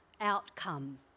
outcome